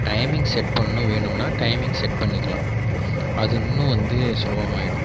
timing set பண்ணணும் வேணுமின்னா timing set பண்ணிக்கலாம் அது இன்னும் வந்து சுலபமாகிடும்